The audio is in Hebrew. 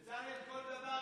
בצלאל, כל דבר